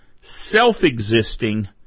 self-existing